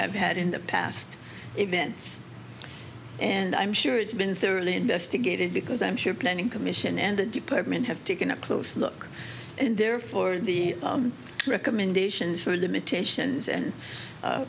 have had in the past events and i'm sure it's been thoroughly investigated because i'm sure planning commission and the department have taken a close look and therefore the recommendations for the